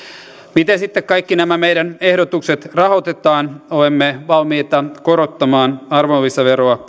miten sitten kaikki nämä meidän ehdotuksemme rahoitetaan olemme valmiita korottamaan arvonlisäveroa